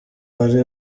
ari